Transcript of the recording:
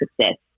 success